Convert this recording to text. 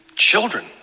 Children